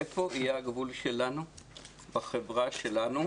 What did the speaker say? איפה יהיה הגבול שלנו בחברה שלנו